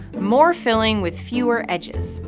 more filling with fewer edges.